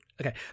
Okay